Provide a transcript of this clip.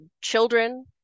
children